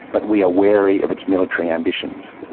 but we are wary of its military ambitions.